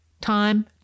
Time